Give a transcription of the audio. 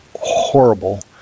horrible